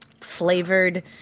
flavored